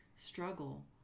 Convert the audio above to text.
struggle